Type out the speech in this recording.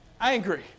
angry